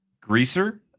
greaser